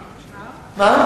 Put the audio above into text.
מה?